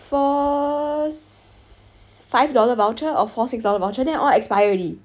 first five dollar voucher or four six dollar voucher then all expire already